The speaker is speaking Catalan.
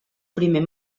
primer